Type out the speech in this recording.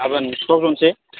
गाबोन स्कुलाव जनोसै